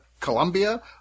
Colombia